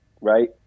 right